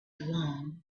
along